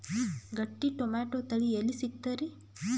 ಗಟ್ಟಿ ಟೊಮೇಟೊ ತಳಿ ಎಲ್ಲಿ ಸಿಗ್ತರಿ?